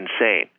insane